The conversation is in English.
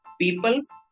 people's